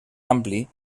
ampli